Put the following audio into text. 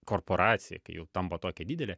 korporacija kai jau tampa tokia didelė